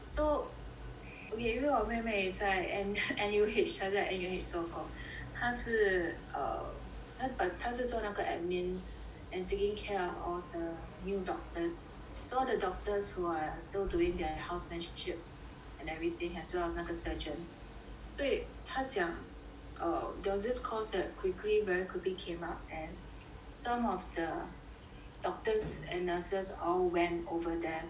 okay 因为我妹妹在 N~ N_U_H 他在 N_U_H 做工他是 err but 他是做那个 admin and taking care of all the new doctors so all the doctors who are still doing their housemanship and everything as well as 那个 surgeons 所以他讲 um there was this course that quickly very quickly came up and some of the doctors and nurses all went over there to help